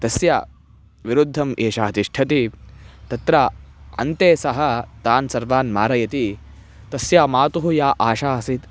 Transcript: तस्य विरुद्धम् एषः तिष्ठति तत्र अन्ते सः तान् सर्वान् मारयति तस्य मातुः या आशा आसीत्